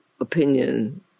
opinion